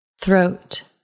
Throat